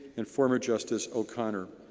and former justice o'conner.